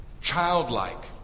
childlike